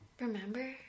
remember